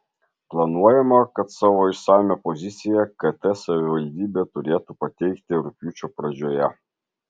planuojama kad savo išsamią poziciją kt savivaldybė turėtų pateikti rugpjūčio pradžioje